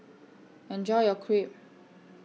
Enjoy your Crepe